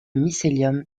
mycélium